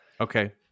Okay